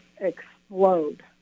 explode